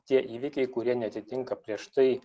tie įvykiai kurie neatitinka prieš tai